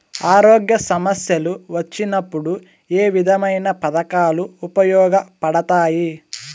ఆరోగ్య సమస్యలు వచ్చినప్పుడు ఏ విధమైన పథకాలు ఉపయోగపడతాయి